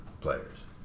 players